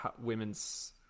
women's